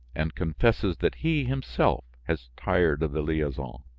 and confesses that he, himself, has tired of the liaison.